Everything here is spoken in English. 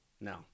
No